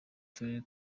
turere